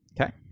Okay